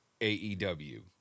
AEW